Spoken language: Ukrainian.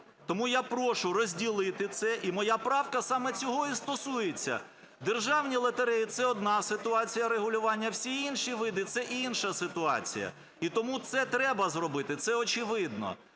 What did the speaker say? Тому я прошу розділити це, і моя правка саме цього і стосується: державні лотереї – це одна ситуація регулювання, всі інші види – це інша ситуація, і тому це треба зробити, це очевидно.